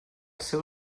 seu